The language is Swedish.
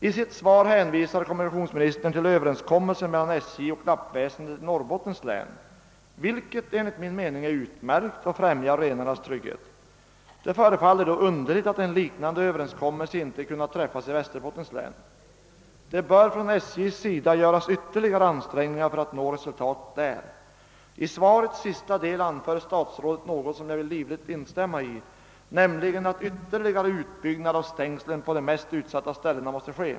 I sitt svar hänvisar kommunikationsministern till överenskommelsen mellan SJ och lappväsendet i Norrbottens län, vilken enligt mitt förmenande är utmärkt och främjar renarnas trygghet. Det förefaller då underligt att en liknande överenskommelse inte kunnat träffas i Västerbottens län. Det bör från SJ:s sida göras ytterligare ansträngningar för att nå resultat därvidlag. I svarets sista del anför statsrådet något som jag vill livligt instämma i, nämligen att ytterligare utbyggnad av stängslen på de mest utsatta ställena måste ske.